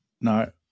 No